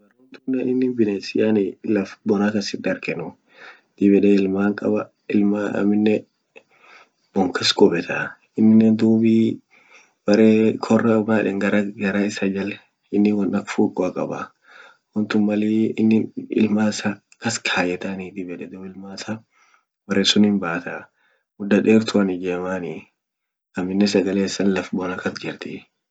inin bines yani laf bona kasit darganuu, dib yede ilman qaba, ilman amine bon kas qubetaa inin dubii bere kora man yeden garan gara isa jaal inin won ak fuquo qabaa wontun malin ilman isa kas kayetaa yedan .ilman isa bere sunin bataa muda deruan ijemani aminen sagalen isa laf bona kas jirtii.